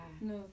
No